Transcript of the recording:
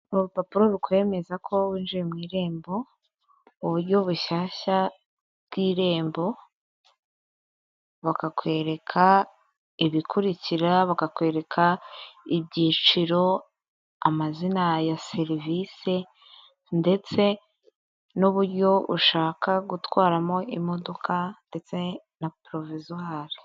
Urupapuro rukwemeza ko winjiye mu irembo, uburyo bushyashya bw'irembo, bakakwereka ibikurikira, bakakwereka ibyiciro, amazina ya serivisi ndetse n'uburyo ushaka gutwaramo imodoka ndetse na porovizware.